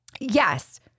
Yes